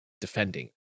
defending